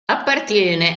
appartiene